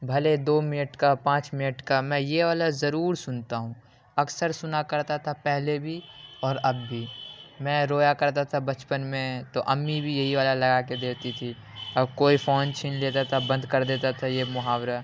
بھلے دو منٹ کا پانچ منٹ کا میں یہ والا ضرور سنتا ہوں اکثر سنا کرتا تھا پہلے بھی اور اب بھی میں رویا کرتا تھا بچپن میں تو امی بھی یہی والا لگا کے دیتی تھی اور کوئی فون چھین لیتا تھا بند کر دیتا تھا یہ محاورہ